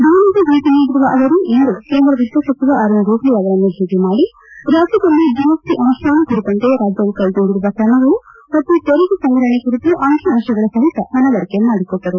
ದೆಹಲಿಗೆ ಭೇಟ ನೀಡಿರುವ ಅವರು ಇಂದು ಕೇಂದ್ರ ವಿತ್ತ ಸಚಿವ ಅರುಣ್ಜೇಟ್ಲ ಅವರನ್ನು ಭೇಟ ಮಾಡಿ ರಾಜ್ಯದಲ್ಲಿ ಜಿಎಸ್ಟಿ ಅನುಷ್ಠಾನ ಕುರಿತಂತೆ ರಾಜ್ಯವು ಕೈಗೊಂಡಿರುವ ಕ್ರಮಗಳು ಮತ್ತು ತೆರಿಗೆ ಸಂಗ್ರಹಣೆ ಕುರಿತು ಅಂಕಿ ಅಂಶಗಳ ಸಹಿತ ಮನವರಿಕೆ ಮಾಡಿಕೊಟ್ಟರು